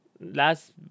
Last